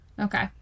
okay